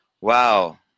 wow